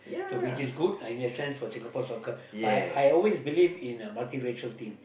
so which is good in the sense for Singapore soccer but I I always believe in a multiracial team